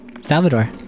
Salvador